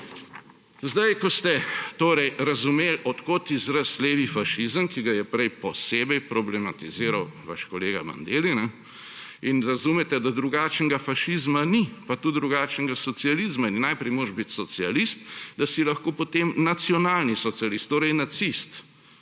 sedaj ko ste torej razumeli, od kod izraz levi fašizem, ki ga je prej posebej problematiziral vaš kolega Bandelli, in razumete, da drugačnega fašizma ni, pa tudi drugačnega socializma ni. Najprej moraš biti socialist, da si lahko potem nacionalni socialist; torej nacist.